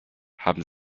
haben